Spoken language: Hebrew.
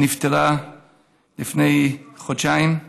שנפטרה לפני חודשיים.